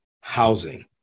housing